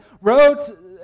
wrote